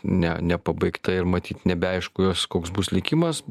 ne nepabaigta ir matyt nebeaišku jos koks bus likimas